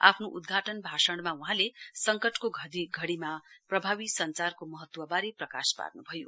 आफ्नो उद्घघाटन भाषणमा वहाँले सङ्क्टको घड़ीमा प्रभावी सञ्चारको महत्ववारे प्रकाश पार्न्भयो